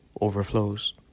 overflows